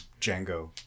Django